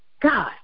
God